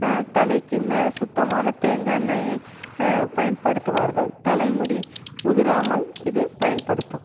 தலைக்கு சுத்தமான தேங்காய் எண்ணெய்யை ப பயன்படுத்துவார்கள் தலைமுடி உதிராமல் இது பயன்படுத்தும்